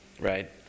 right